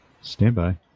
Standby